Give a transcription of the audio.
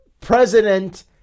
president